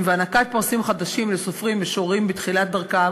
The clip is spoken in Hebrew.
והענקת פרסים חדשים לסופרים ומשוררים בתחילת דרכם,